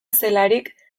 zelarik